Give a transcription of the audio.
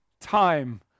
time